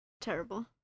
terrible